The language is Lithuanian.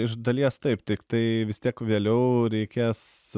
iš dalies taip tiktai vis tiek vėliau reikės